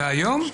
והיום?